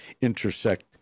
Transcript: intersect